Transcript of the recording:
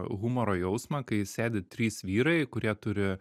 humoro jausmą kai sėdi trys vyrai kurie turi